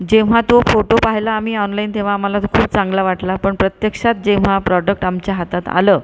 जेव्हा तो फोटो पाहिला आम्ही ऑनलाइन तेव्हा आम्हाला तो खूप चांगला वाटला पण प्रत्यक्षात जेव्हा प्रॉडक्ट आमच्या हातात आलं